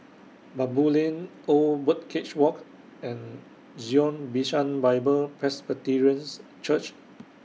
Baboo Lane Old Birdcage Walk and Zion Bishan Bible Presbyterians Church